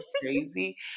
crazy